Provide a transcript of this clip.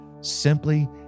Simply